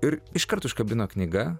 ir iškart užkabino knyga